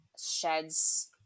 sheds